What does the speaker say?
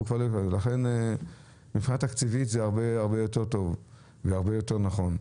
ולכן מבחינה תקציבית זה הרבה יותר טוב והרבה יותר נכון.